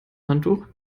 handtuch